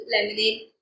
lemonade